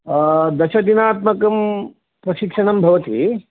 दशदिनात्मकं प्रशिक्षणं भवति